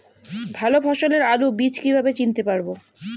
ভালো ফলনের আলু বীজ কীভাবে চিনতে পারবো?